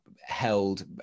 held